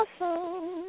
Awesome